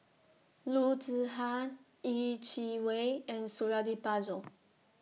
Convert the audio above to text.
Loo Zihan Yeh Chi Wei and Suradi Parjo